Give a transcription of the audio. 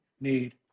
need